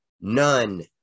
None